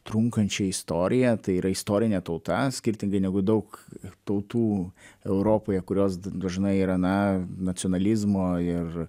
trunkančią istoriją tai yra istorinė tauta skirtingai negu daug tautų europoje kurios dažnai yra na nacionalizmo ir